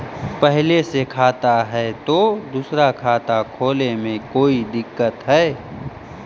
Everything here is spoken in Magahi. पहले से खाता है तो दूसरा खाता खोले में कोई दिक्कत है?